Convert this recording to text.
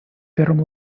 первым